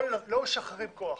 לא משחררים כוח,